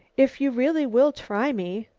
if you really will try me,